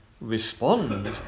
respond